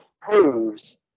proves